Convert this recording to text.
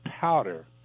powder